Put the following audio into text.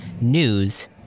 news